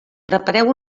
prepareu